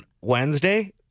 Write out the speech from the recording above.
Wednesday